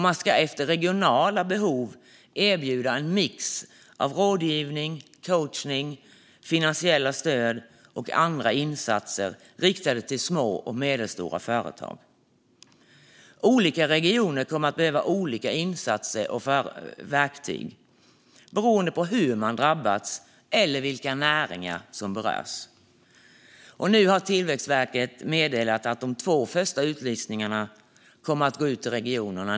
Man ska efter regionala behov erbjuda en mix av rådgivning, coachning, finansiella stöd och andra insatser riktade till små och medelstora företag. Olika regioner kommer att behöva olika insatser och verktyg, beroende på hur de har drabbats och vilka näringar som berörs. Nu har Tillväxtverket meddelat att de två första utlysningarna kommer att gå ut till regionerna.